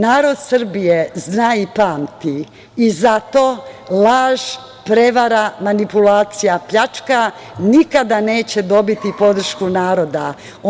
Narod Srbije zna i pamti i zato laž, prevara, manipulacija, pljačka nikada neće dobiti podršku naroda.